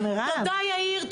תודה רבה, יאיר.